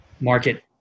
market